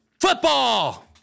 football